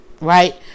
right